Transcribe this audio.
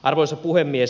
arvoisa puhemies